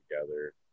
together